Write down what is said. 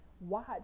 watch